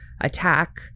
attack